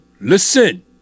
listen